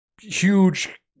huge